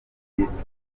peace